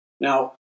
Now